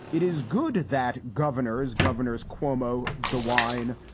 it is good that governors, governors cuomo, dewine,